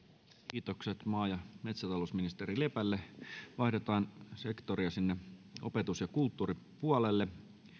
kiitokset maa ja metsätalousministeri lepälle vaihdetaan sektoria sinne opetus ja kulttuuripuolelle